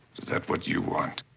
is that what you want?